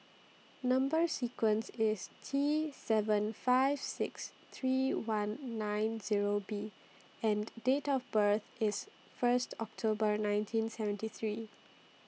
Number sequence IS T seven five six three one nine Zero B and Date of birth IS First October nineteen seventy three